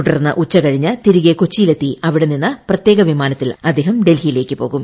തുടർന്ന് ഉച്ചകഴിഞ്ഞ് തിരികെ കൊച്ചിയിലെത്തി അവിടെനിന്ന് പ്രത്യേക വിമാനത്തിൽ അദ്ദേഹം ഡൽഹിയിലേക്ക് പോകും